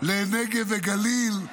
לנגב וגליל,